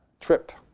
trip.